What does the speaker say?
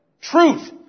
Truth